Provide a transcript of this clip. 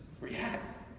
react